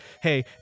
hey